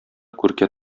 күркә